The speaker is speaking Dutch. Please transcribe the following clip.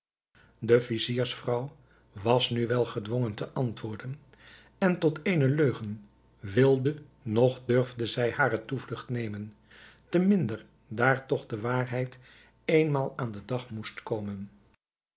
de viziersvrouw was nu wel gedwongen te antwoorden en tot eene leugen wilde noch durfde zij hare toevlugt nemen te minder daar toch de waarheid eenmaal aan den dag moest komen